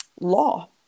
law